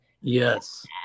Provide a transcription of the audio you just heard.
Yes